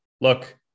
look